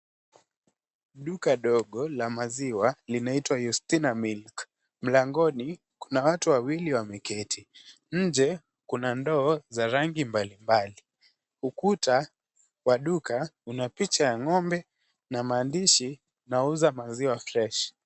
Duka ndogo la maziwa linaitwa Yustina milk . Mlangoni kuna watu wawili wameketi. Nje kuna ndoo za rangi mbalimbali. Ukuta wa duka una picha ya ng'ombe na maandishi nauza maziwa fresh .